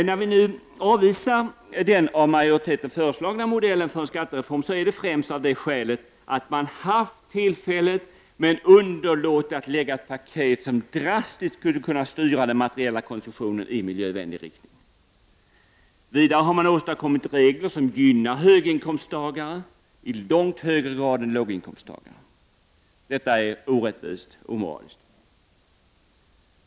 När vi nu avvisar den av majoriteten föreslagna modellen för en skattereform, är det främst av det skälet att man haft tillfället men underlåtit att lägga fram ett paket som drastiskt skulle kunna styra den materiella konsumtionen i miljövänlig riktning. Vidare har man åstadkommit regler som gynnar höginkomsttagare i långt högre grad än låginkomsttagare. Detta är orättvist och omoraliskt.